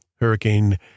Hurricane